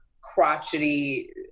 crotchety